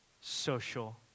social